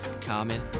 common